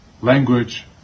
language